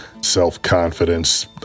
self-confidence